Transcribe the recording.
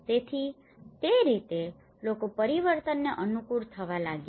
તેથી તે રીતે લોકો પરિવર્તનને અનુકૂળ થવા લાગ્યા